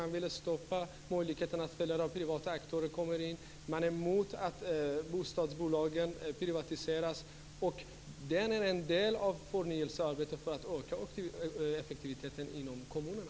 Man vill stoppa möjligheterna för privata aktörer att komma in. Man är emot att bostadsbolag privatiseras men detta är ju en del av förnyelsearbetet för att öka effektiviteten i kommunerna.